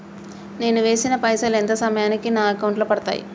నేను వేసిన పైసలు ఎంత సమయానికి నా అకౌంట్ లో పడతాయి?